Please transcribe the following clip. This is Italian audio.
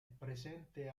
presente